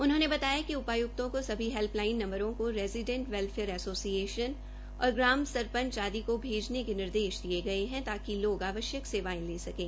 उन्होंने बताया कि उपाय्क्तों को सभी हैल्पलाइन नंबरों को रेजीडेंट वेल्फेयर एसोसिएशन और ग्रामसरपंच आदि के भेजने के निर्देश दिये गये है ताकि लोग अवश्यक सेवायें ले सकें